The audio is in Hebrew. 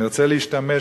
אני רוצה להשתמש,